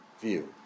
view